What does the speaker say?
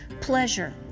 Pleasure